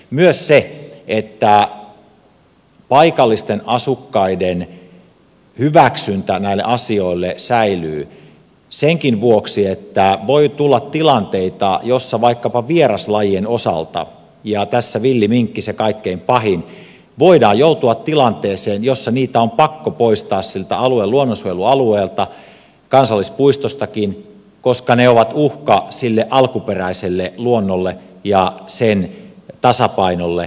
myös on tärkeää se että paikallisten asukkaiden hyväksyntä näille asioille säilyy senkin vuoksi että voi tulla tilanteita joissa vaikkapa vieraslajien osalta ja tässä villiminkki on se kaikkein pahin voidaan joutua tilanteeseen jossa niitä on pakko poistaa siltä alueen luonnonsuojelualueelta kansallispuistostakin koska ne ovat uhka alkuperäiselle luonnolle ja sen tasapainolle